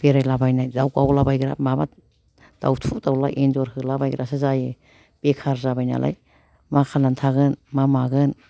बेरायलाबायनाय दाव गावलाबायग्रा माबा दावथु दावला एन्जर होलाबायग्रासो जायो बेखार जाबाय नालाय मा खालामनानै थागोन मा मागोन